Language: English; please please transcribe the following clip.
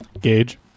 Gage